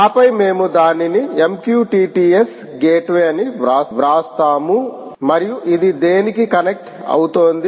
ఆపై మేము దానిని MQTT S గేట్వే అని వ్రాస్తాము మరియు ఇది దేనికి కనెక్ట్ అవుతోంది